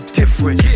different